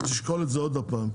תשקול את זה עוד פעם.